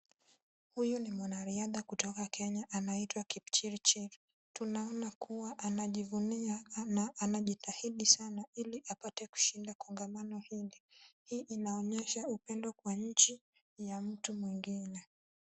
Huyu ni mwanariadha kutoka kenya na anaitwa Kipchirchir tunaona kua anajivunia na anajitahidi sana ili apate kushinda kongamano hili, hii inaonyesha upendo kwa nchi ya mtu mwengine